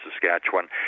Saskatchewan